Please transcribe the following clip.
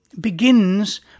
begins